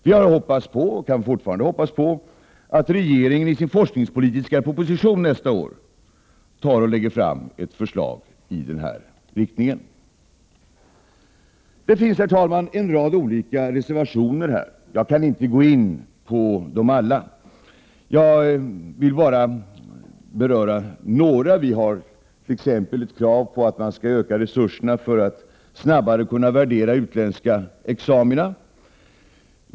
Vi har hoppats på, och kan fortfarande hoppas på, att regeringen nästa år i sin forskningspolitiska proposition lägger fram ett förslag i den här riktningen. Det finns, herr talman, en rad olika reservationer i de behandlade betänkandena. Jag kan inte gå in på dem alla. Jag skall endast beröra några frågor. Vi har exempelvis krävt att man skall öka resurserna så att man snabbare skall kunna värdera utländska examina.